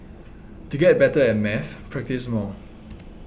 to get better at maths practise more